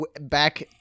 back